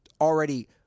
already